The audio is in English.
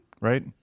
right